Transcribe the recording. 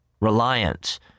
reliance